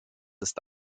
ist